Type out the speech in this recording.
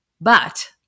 but-